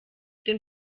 den